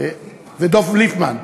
ודב ליפמן.